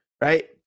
right